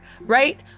Right